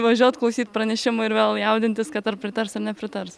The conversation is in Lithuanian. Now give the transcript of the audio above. važiuot klausyt pranešimų ir vėl jaudintis kad ar pritars ar nepritars